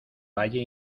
valle